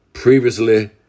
Previously